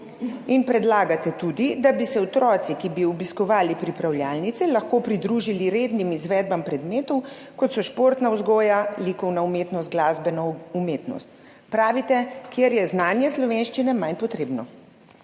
Predlagate tudi, da bi se otroci, ki bi obiskovali pripravljalnice, lahko pridružili rednim izvedbam predmetov, kot so športna vzgoja, likovna umetnost, glasbena umetnost, pravite, kjer je znanje slovenščine manj potrebno.